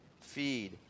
feed